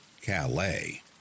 Calais